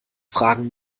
fragen